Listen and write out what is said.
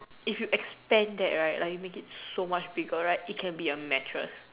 if you expand that right like you make it so much bigger right it can be a mattress